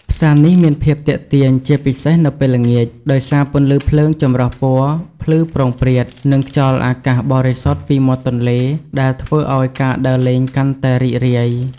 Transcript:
ផ្សារនេះមានភាពទាក់ទាញជាពិសេសនៅពេលល្ងាច ដោយសារពន្លឺភ្លើងចម្រុះពណ៌ភ្លឺព្រោងព្រាត និងខ្យល់អាកាសបរិសុទ្ធពីមាត់ទន្លេ ដែលធ្វើឱ្យការដើរលេងកាន់តែរីករាយ។